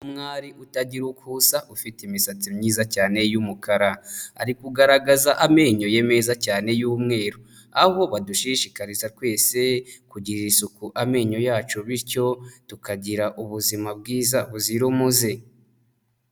Umwari utagira uko asa, ufite imisatsi myiza cyane y'umukara. Ari kugaragaza amenyo ye meza cyane y'umweru, aho badushishikariza twese kugirira isuku amenyo yacu, bityo tukagira ubuzima bwiza buzira umuze.